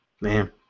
Man